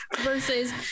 Versus